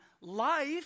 life